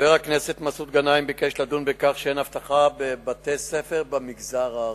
חבר הכנסת מסעוד גנאים ביקש לדון בכך שאין אבטחה בבתי-ספר במגזר הערבי.